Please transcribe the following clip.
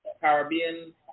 Caribbean